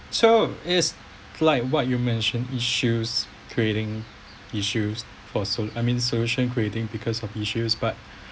so is like what you mention issues creating issues for so I mean social creating because of issues but